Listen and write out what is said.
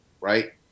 right